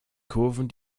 kurven